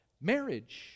marriage